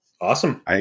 Awesome